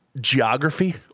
geography